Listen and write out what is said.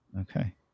Okay